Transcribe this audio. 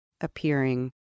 appearing